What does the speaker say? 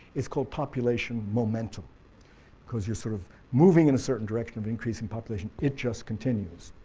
it's called population momentum because you're sort of moving in a certain direction of increasing population, it just continues.